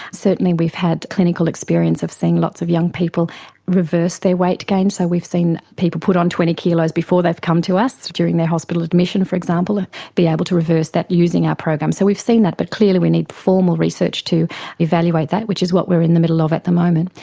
certainly we've had clinical experience of seeing lots of young people reverse their weight gains, so we've seen people put on twenty kilos before they've come to us during their hospital admission for example ah be able to reverse that using our program. so we've seen that, but clearly we need formal research to evaluate that which is what we're in the middle of at the moment.